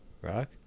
Rock